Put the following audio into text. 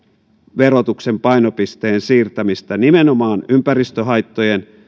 verotuksen painopisteen siirtämistä nimenomaan ympäristöhaittojen